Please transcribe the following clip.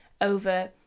over